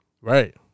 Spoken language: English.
right